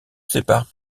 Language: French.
sépare